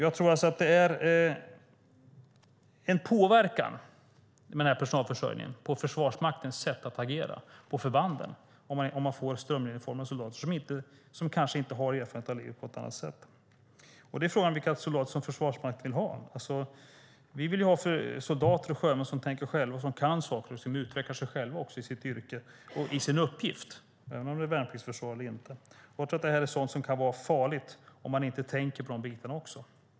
Jag tror att det är en påverkan, med den här personalförsörjningen, på Försvarsmaktens sätt att agera på förbanden, om man får strömlinjeformade soldater som kanske inte har erfarenhet av livet på ett annat sätt. Frågan är vilka soldater som Försvarsmakten vill ha. Vi vill ju ha soldater och sjömän som tänker själva, som kan saker och som utvecklar sig själva i sitt yrke och i sin uppgift, oavsett om det är värnpliktsförsvar eller inte. Jag tror att det kan vara farligt om man inte tänker på de bitarna.